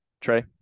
trey